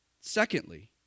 Secondly